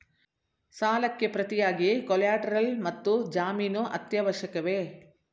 ಸಾಲಕ್ಕೆ ಪ್ರತಿಯಾಗಿ ಕೊಲ್ಯಾಟರಲ್ ಮತ್ತು ಜಾಮೀನು ಅತ್ಯವಶ್ಯಕವೇ?